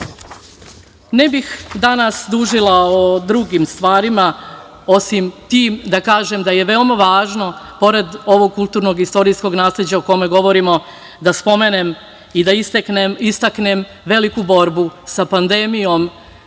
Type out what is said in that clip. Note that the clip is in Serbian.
bih danas dužila o drugim stvarima, osim tim, da kažem da je veoma važno pored ovog kulturno-istorijskog nasleđa o kome govorimo da spomenem i da istaknem veliku borbu sa pandemijom